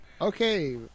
Okay